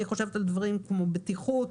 אני חושבת על דברים כמו בטיחות,